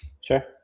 Sure